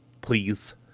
Please